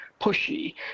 pushy